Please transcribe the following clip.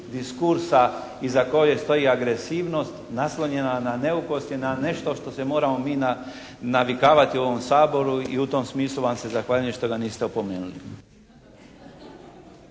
diskursa iza kojeg stoji agresivnost naslonjena na neukusti, na nešto što se moramo mi navikavati u ovom Saboru. I u tom smislu vam se zahvaljujem što ga niste opomenuli.